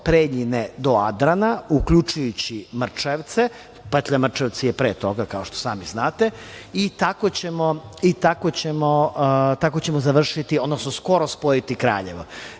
Preljine do Adrana, uključujući Mrčajevce, petlja Mrčajevci je pre toga, kao što sami znate, i tako ćemo završiti, odnosno skoro spojiti Kraljevo.